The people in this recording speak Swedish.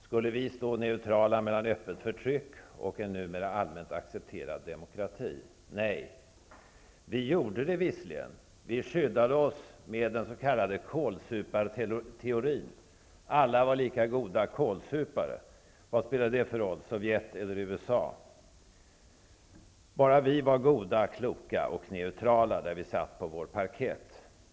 Skulle vi stå neutrala till öppet förtryck och en numera allmänt accepterad demokrati? Nej! Visserligen gjorde vi det när vi skyddade oss med den s.k. kålsuparteorin -- alla var lika goda kålsupare. Sovjet eller USA? Vad spelade det för roll? Endast vi var kloka, goda och neutrala där vi satt på parkett.